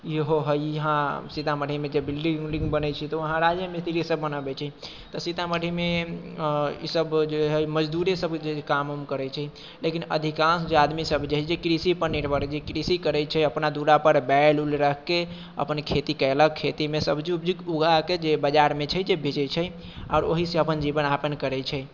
इहो हइ यहाँ सीतामढ़ीमे जे बिल्डिङ्ग उल्डिङ्ग बनै छै तऽ वहाँ राजे मिस्त्री सब बनबै छै तऽ सीतामढ़ीमे ईसब जे हइ मजदूरीसब जे काम उम करै छै लेकिन अधिकांश जे आदमीसब जे हइ जे कृषिपर निर्भर हइ जे कृषि करै छै अपना दुअरापर बैल उल रखिके अपन खेती केलक खेतीमे सब्जी उब्जी उगाके जे छै बजारमे जे छै बेचै छै आओर ओहिसँ अपन जीवनयापन करै छै